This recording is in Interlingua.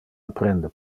apprende